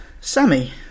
Sammy